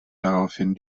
daraufhin